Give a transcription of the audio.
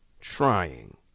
Trying